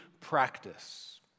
practice